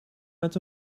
met